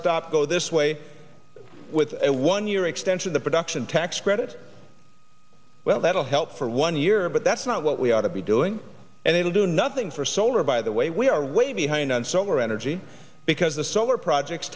stop go this way with a one year extension the production tax credits well that'll help for one year but that's not what we ought to be doing and it'll do nothing for solar by the way we are way behind on solar energy because the solar projects